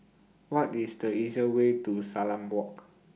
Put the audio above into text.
What IS The easier Way to Salam Walk